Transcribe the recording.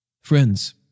Friends